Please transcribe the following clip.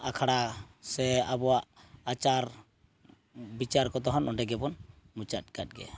ᱟᱠᱷᱲᱟ ᱥᱮ ᱟᱵᱚᱣᱟᱜ ᱟᱪᱟᱨ ᱵᱤᱪᱟᱹᱨ ᱠᱚᱫᱚ ᱦᱟᱸᱜ ᱱᱚᱸᱰᱮ ᱜᱮᱵᱚᱱ ᱢᱩᱪᱟᱹᱫ ᱠᱮᱫ ᱜᱮ